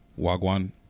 Wagwan